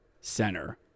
center